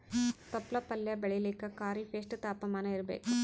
ತೊಪ್ಲ ಪಲ್ಯ ಬೆಳೆಯಲಿಕ ಖರೀಫ್ ಎಷ್ಟ ತಾಪಮಾನ ಇರಬೇಕು?